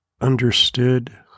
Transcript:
understood